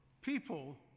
People